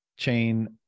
chain